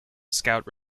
scout